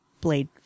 Blade